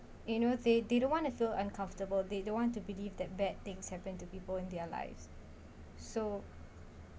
you know they didn't want to feel uncomfortable they don't want to believe that bad things happen to people in their lives so